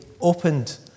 opened